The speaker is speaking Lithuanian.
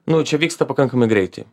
nu čia vyksta pakankamai greitai